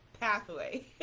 pathway